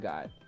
God